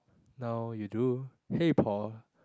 now you do hey Paul